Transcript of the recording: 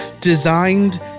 designed